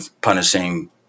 punishing